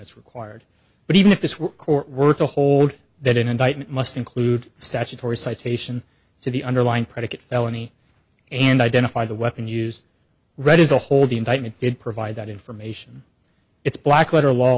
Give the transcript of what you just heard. is required but even if this were court were to hold that an indictment must include statutory citation to the underlying predicate felony and identify the weapon used right as a whole the indictment did provide that information it's black letter law